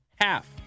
Half